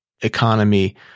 economy